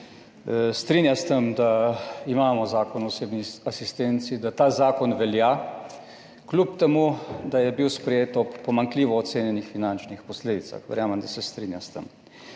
strinja s tem, da imamo Zakon o osebni asistenci, da ta zakon velja, kljub temu, da je bil sprejet ob pomanjkljivo ocenjenih finančnih posledicah. Verjamem, da se strinja s tem.